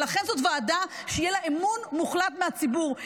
ולכן זאת ועדה שיהיה לה אמון מוחלט מהציבור.